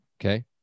Okay